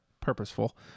purposeful